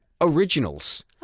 originals